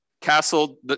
castle